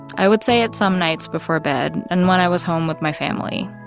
i would say it some nights before bed and when i was home with my family.